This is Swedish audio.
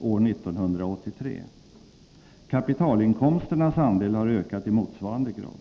år 1983. Kapitalinkomsternas andel har ökat i motsvarande grad.